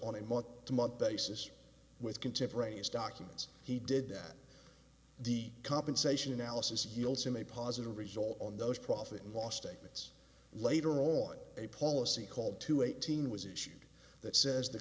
on a month to month basis with contemporaneous documents he did that the compensation analysis yields him a positive result on those profit and loss statements later on a policy called to eighteen was issued that says the